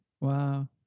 Wow